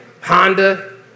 Honda